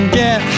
get